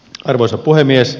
arvoisa puhemies